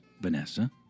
Vanessa